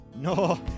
No